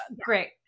great